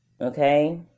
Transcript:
Okay